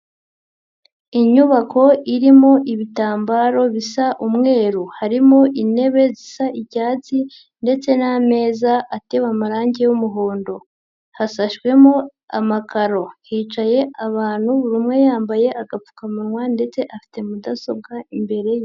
Inyubako irimo ibitambaro bisa umweru harimo intebe zisa icyatsi ndetse n'ameza atewe amarange y'umuhondo, hasashwemo amakaro hicaye abantu buri umwe yambaye agapfukamunwa ndetse afite mudasobwa imbere ye.